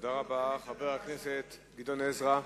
תודה רבה, חבר הכנסת גדעון עזרא.